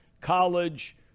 college